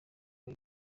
ibi